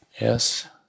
Yes